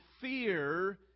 fear